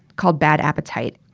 called bad appetite.